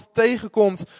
tegenkomt